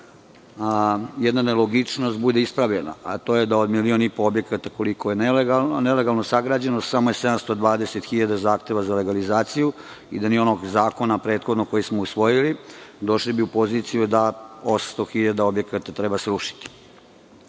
jedna nelogičnost bude ispravljena, a to je da od milion i po objekata, koliko je nelegalno sagrađeno, samo je 720 hiljada zahteva za legalizaciju i da nije onog prethodnog zakona koji smo usvojili, došli bi u poziciju da 800 hiljada objekata treba srušiti.